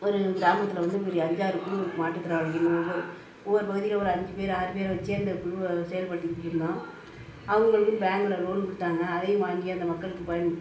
ஒரு கிராமத்தில் வந்து ஒரு அஞ்சாறு குழு இருக்கு மாற்று திறனாளிக்குனு ஒவ்வொரு ஒவ்வொரு பகுதியில் ஒரு அஞ்சு பேர் ஆறு பேர் வச்சு அந்த குழுவை செயல்படுத்திக்கிட்டு இருந்தோம் அவங்களுக்குனு பேங்க்கில் லோன் கொடுத்தாங்க அதையும் வாங்கி அந்த மக்களுக்கு பயன்